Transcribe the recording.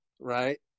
right